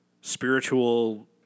spiritual